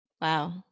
Wow